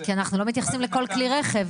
כי אנחנו לא מתייחסים לכל כלי רכב.